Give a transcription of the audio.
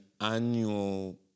annual